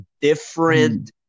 different